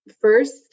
first